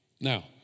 Now